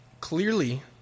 clearly